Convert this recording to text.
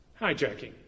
hijacking